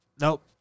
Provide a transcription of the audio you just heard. nope